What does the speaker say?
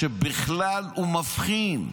שבכלל מבחין.